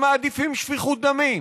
הם מעדיפים שפיכות דמים,